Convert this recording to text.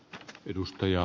arvoisa puhemies